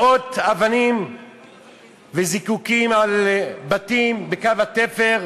מאות אבנים וזיקוקים על בתים בקו התפר,